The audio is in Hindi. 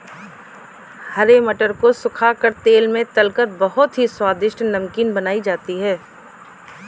हरे मटर को सुखा कर तेल में तलकर बहुत ही स्वादिष्ट नमकीन बनाई जाती है